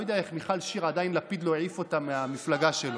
אני לא יודע איך לפיד עדיין לא העיף את מיכל שיר מהמפלגה שלו,